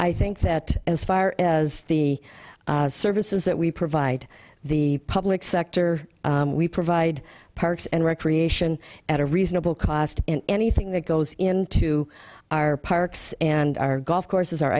i think that as far as the services that we provide the public sector we provide parks and recreation at a reasonable cost anything that goes into our parks and our golf courses